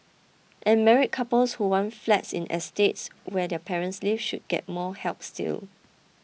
and married couples who want flats in estates where their parents live should get more help still